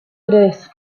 tres